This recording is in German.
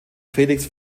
felix